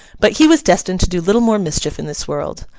but he was destined to do little more mischief in this world.